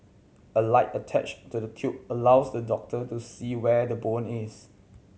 a light attached to the tube allows the doctor to see where the bone is